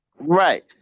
Right